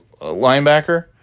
linebacker